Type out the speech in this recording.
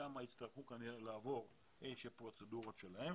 שם יצטרכו כנראה לעבור פרוצדורות שונות,